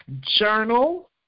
journal